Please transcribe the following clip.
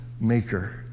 maker